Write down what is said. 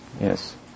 Yes